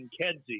Kedzie